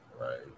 Right